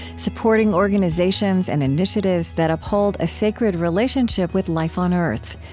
supporting organizations and initiatives that uphold a sacred relationship with life on earth.